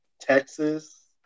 Texas